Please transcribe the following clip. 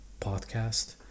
podcast